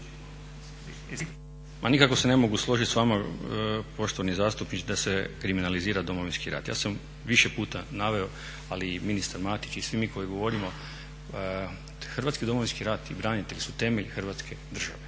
nikako se ne mogu složiti s vama poštovani zastupnik da se kriminalizira Domovinski rat. Ja sam više puta naveo, ali i ministar Matić i svi mi koji govorimo, Hrvatski Domovinski rat i branitelji su temelj Hrvatske države.